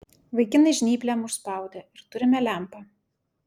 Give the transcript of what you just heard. vaikinai žnyplėm užspaudė ir turime lempą